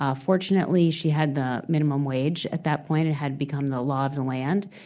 ah fortunately, she had the minimum wage. at that point, it had become the law of the land.